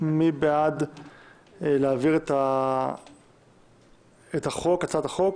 מי בעד להעביר את הצעת החוק